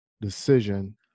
decision